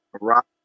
rock